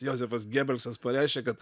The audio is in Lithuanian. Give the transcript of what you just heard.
jozefas gebelsas pareiškė kad